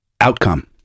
Outcome